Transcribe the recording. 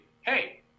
Hey